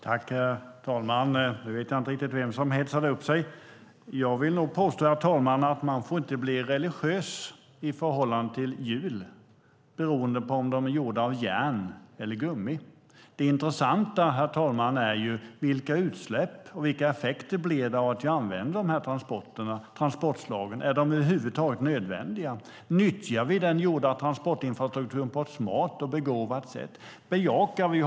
Herr talman! Nu vet jag inte riktigt vem som hetsade upp sig. Jag vill nog påstå, herr talman, att man inte får bli religiös i förhållande till hjul, beroende på om de är gjorda av järn eller av gummi. Det intressanta, herr talman, är ju vilka utsläpp och effekter det blir av att vi använder de här transportslagen. Är de över huvud taget nödvändiga? Nyttjar vi den gjorda transportinfrastrukturen på ett smart och begåvat sätt?